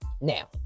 Now